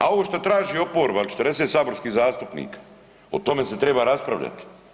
A ovo što traži oporba ili 40 saborskih zastupnika o tome se treba raspravljati.